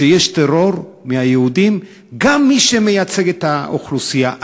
כשיש טרור מהיהודים, גם מי שמייצג את האוכלוסייה.